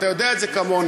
אתה יודע את זה כמוני.